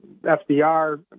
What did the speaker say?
FDR